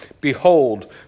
Behold